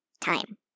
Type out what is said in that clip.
time